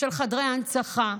חדרי הנצחה.